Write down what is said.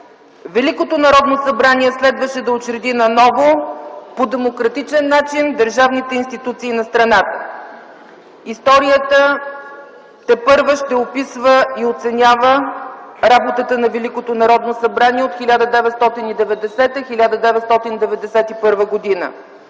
Великото Народно събрание следваше да учреди наново по демократичен начин държавните институции на страната. Историята тепърва ще описва и оценява работата на Великото Народно събрание от 1990-1991 г.